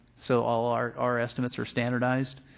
so all our our estimates are standardized.